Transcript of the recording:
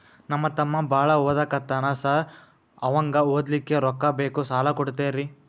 ನಮ್ಮ ತಮ್ಮ ಬಾಳ ಓದಾಕತ್ತನ ಸಾರ್ ಅವಂಗ ಓದ್ಲಿಕ್ಕೆ ರೊಕ್ಕ ಬೇಕು ಸಾಲ ಕೊಡ್ತೇರಿ?